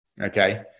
Okay